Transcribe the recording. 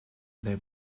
they